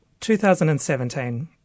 2017